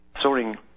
Soaring